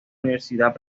universidad